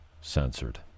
censored